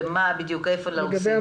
איפה להוסיף?